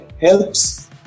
helps